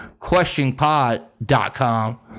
questionpod.com